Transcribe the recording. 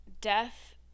death